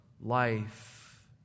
life